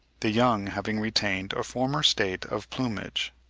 the young having retained a former state of plumage.